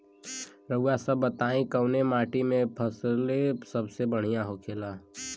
रउआ सभ बताई कवने माटी में फसले सबसे बढ़ियां होखेला?